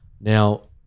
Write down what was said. Now